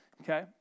Okay